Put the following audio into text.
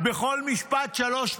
בכל משפט שלוש מילים: